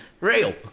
Real